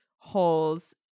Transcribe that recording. holes